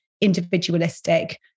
individualistic